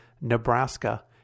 Nebraska